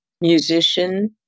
musician